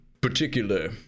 particular